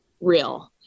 real